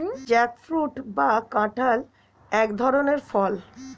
jackfruit বা কাঁঠাল হল এক ধরনের ফল